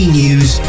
news